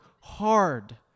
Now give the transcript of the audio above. hard